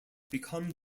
become